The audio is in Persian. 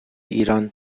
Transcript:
ایران